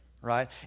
right